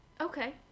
Okay